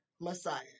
Messiah